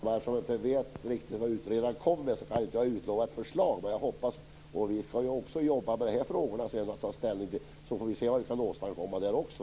Herr talman! Eftersom jag inte riktigt vet vad utredaren kommer med kan jag inte utlova ett förslag. Vi skall också jobba med de här frågorna och sedan ta ställning till dem. Vi får då se vad vi kan åstadkomma där också.